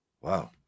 Wow